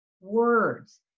words